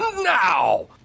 now